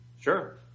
sure